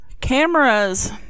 Cameras